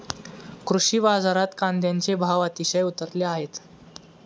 कृषी बाजारात कांद्याचे भाव अतिशय उतरले आहेत